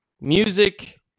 music